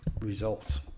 results